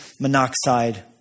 monoxide